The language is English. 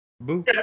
boo